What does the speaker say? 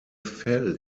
fell